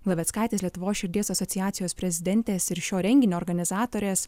glaveckaitės lietuvos širdies asociacijos prezidentės ir šio renginio organizatorės